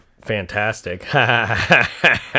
fantastic